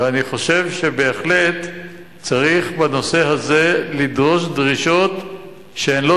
ואני חושב שבהחלט צריך בנושא הזה לדרוש דרישות שהן לא